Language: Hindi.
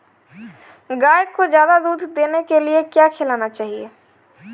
गाय को ज्यादा दूध देने के लिए क्या खिलाना चाहिए?